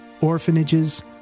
orphanages